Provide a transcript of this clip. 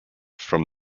from